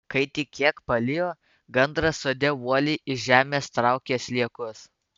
kai tik kiek palijo gandras sode uoliai iš žemės traukė sliekus